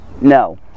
No